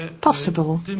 possible